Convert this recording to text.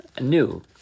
new